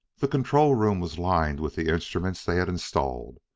the control room was lined with the instruments they had installed.